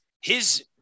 his-